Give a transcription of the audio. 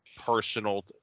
personal